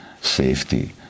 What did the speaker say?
safety